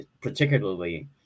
particularly